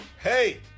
Hey